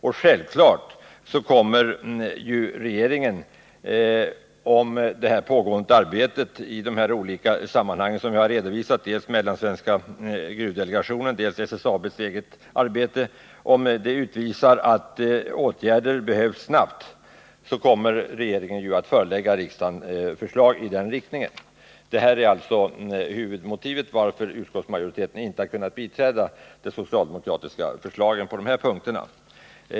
Om det pågående arbetet inom dels mellansvenska gruvdelegationen, dels SSAB:s egen utredning utvisar att åtgärder behövs snabbt, kommer regeringen självfallet att förelägga riksdagen förslag i den riktningen. Detta är huvudmotivet till att utskottsmajoriteten inte har kunnat biträda de socialdemokratiska förslagen på de här punkterna.